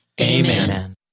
Amen